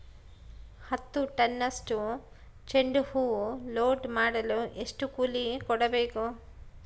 ಹತ್ತು ಟನ್ನಷ್ಟು ಚೆಂಡುಹೂ ಲೋಡ್ ಮಾಡಲು ಎಷ್ಟು ಕೂಲಿ ಕೊಡಬೇಕು?